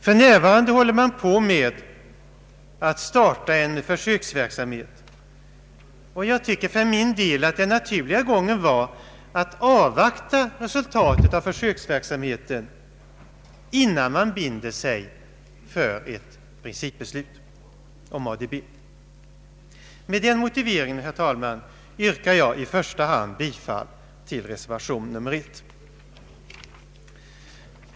För närvarande håller man på att starta en försöksverksamhet. Jag tycker för min del att den naturliga gången vore att avvakta resultatet av försöksverksamheten, innan man binder sig för ett principbeslut om ADB. Med den motiveringen yrkar jag i första hand bifail till reservation nr I.